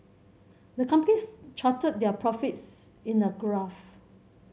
the companies charted their profits in a graph